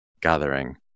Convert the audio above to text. gathering